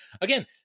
again